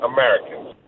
Americans